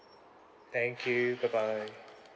thank you bye bye